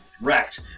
Wrecked